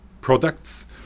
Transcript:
products